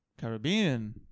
Caribbean